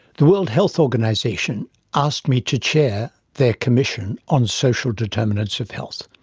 the world health organisation asked me to chair their commission on social determinants of health.